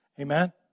Amen